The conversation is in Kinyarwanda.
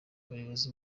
ubuyobozi